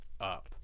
up